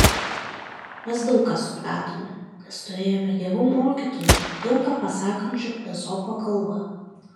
mes daug ką supratome nes turėjome gerų mokytojų daug ką pasakančių ezopo kalba